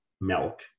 milk